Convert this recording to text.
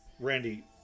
Randy